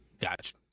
Gotcha